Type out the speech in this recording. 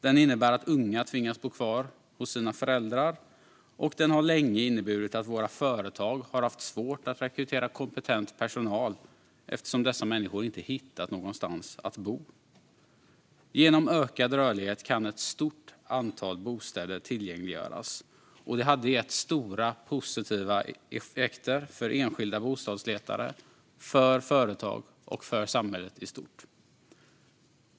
Den innebär att unga tvingas bo kvar hos sina föräldrar. Och den har länge inneburit att våra företag har haft svårt att rekrytera kompetent personal eftersom dessa människor inte hittat någonstans att bo. Genom ökad rörlighet kan ett stort antal bostäder tillgängliggöras. Det hade gett stora positiva effekter för enskilda bostadsletare, för företag och för samhället i stort.